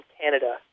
canada